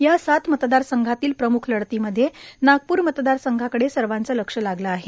या सात मतदारसंघातील प्रम्ख लढतीमध्ये नागप्र मतदारसंघाकडे सर्वांचं लक्ष लागलं आहे